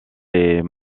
les